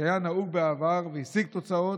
שהיה נהוג בעבר, והשיג תוצאות,